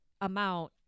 amount